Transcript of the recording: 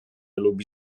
lubi